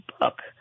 book